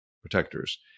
protectors